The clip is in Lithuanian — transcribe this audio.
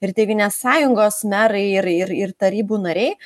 ir tėvynės sąjungos merai ir ir ir tarybų nariai